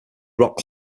rock